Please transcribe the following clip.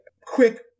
quick